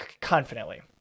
confidently